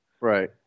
right